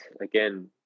again